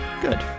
Good